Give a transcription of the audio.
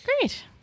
Great